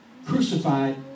Crucified